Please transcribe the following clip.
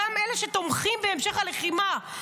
גם אלה שתומכים בהמשך הלחימה,